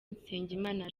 nsengimana